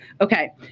okay